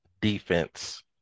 defense